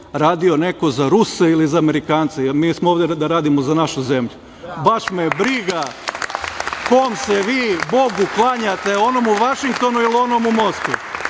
radio neko za Ruse ili za Amerikance, jer mi smo ovde da radimo za našu zemlju. Baš me briga kom se vi bogu klanjate, onom u Vašingtonu ili onom u Moskvi. Što